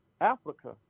Africa